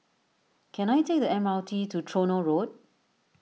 can I take the M R T to Tronoh Road